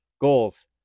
goals